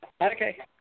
Okay